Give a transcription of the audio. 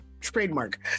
trademark